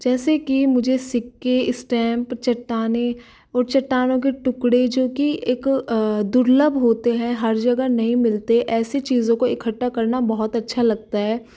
जैसे कि मुझे सिक्के स्टैम्प चट्टानें और चट्टानों के टुकड़े जो की एक दुर्लभ होते हैं हर जगह नहीं मिलते ऐसी चीज़ों को इकट्ठा करना बहुत अच्छा लगता है